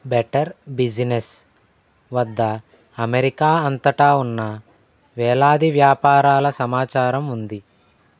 better business వద్ద America అంతటా ఉన్న వేలాది వ్యాపారాల సమాచారం ఉంది